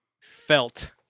felt